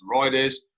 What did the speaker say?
Riders